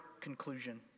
conclusion